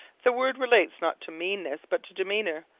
the word relates, not to meanness, but to demeanor,